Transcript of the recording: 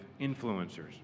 influencers